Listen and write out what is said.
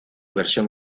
versión